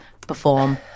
perform